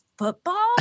Football